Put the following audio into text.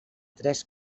tres